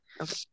Okay